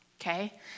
okay